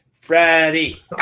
Freddie